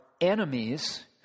enemies